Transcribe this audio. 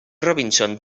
robinson